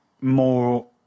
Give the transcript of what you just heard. more